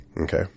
Okay